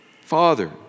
Father